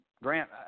Grant